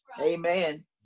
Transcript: Amen